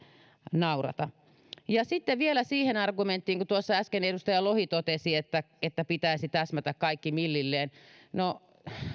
naurata sitten vielä siihen argumenttiin kun tuossa äsken edustaja lohi totesi että kaiken pitäisi täsmätä millilleen no